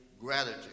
gratitude